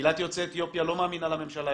קהילת יוצאי אתיופיה לא מאמינה יותר לממשלה,